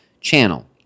channel